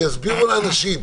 שיסבירו לאנשים,